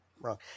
wrong